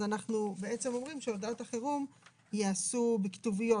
אז אנחנו אומרים שהודעות החירום ייעשו בכתוביות.